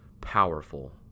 powerful